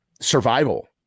survival